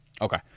Okay